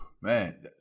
man